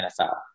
NFL